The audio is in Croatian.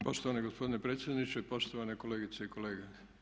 Poštovani gospodine predsjedniče, poštovane kolegice i kolege.